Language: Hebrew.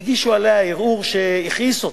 והגישו עליה ערעור שהכעיס אותי.